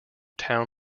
town